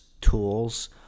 tools